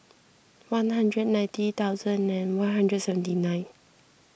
one hundred ninety thousand and one hundred seventy nine